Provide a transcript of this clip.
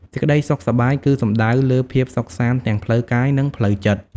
សេចក្តីសុខសប្បាយគឺសំដៅលើភាពសុខសាន្តទាំងផ្លូវកាយ និងផ្លូវចិត្ត។